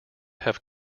have